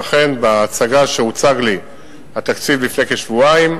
ואכן, בהצגה שהוצג לי של התקציב, לפני כשבועיים,